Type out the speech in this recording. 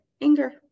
anger